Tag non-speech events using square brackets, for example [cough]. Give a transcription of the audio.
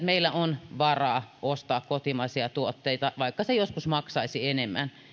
[unintelligible] meillä kansanedustajilla on varaa ostaa kotimaisia tuotteita vaikka se joskus maksaisi enemmän